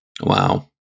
Wow